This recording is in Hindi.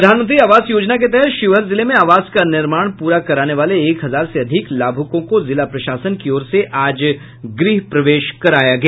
प्रधानमंत्री आवास योजना के तहत शिवहर जिले में आवास का निर्माण प्ररा कराने वाले एक हजार से अधिक लाभुकों को जिला प्रशासन की ओर से आज गृह प्रवेश कराया गया